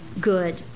good